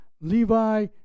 Levi